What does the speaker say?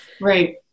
Right